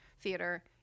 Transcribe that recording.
theater